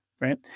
right